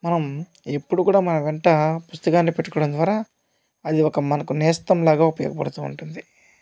మనం ఎప్పుడు కూడా మన వెంట పుస్తకాన్నిపెట్టుకోవడం ద్వారా అది ఒక మనకు నేస్తంలాగా ఉపయోగపడుతూ ఉంటుంది